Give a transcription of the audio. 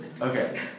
Okay